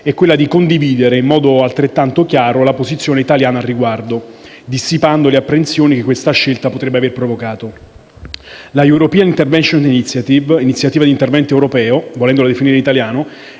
e quella di condividere in modo altrettanto chiaro la posizione italiana al riguardo, dissipando le apprensioni che questa scelta potrebbe aver provocato. La European intervention initiative - Iniziativa di intervento europeo, volendola definire in italiano